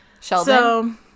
Sheldon